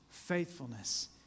faithfulness